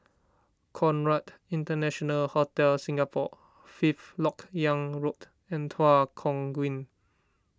Conrad International Hotel Singapore Fifth Lok Yang Road and Tua Kong Green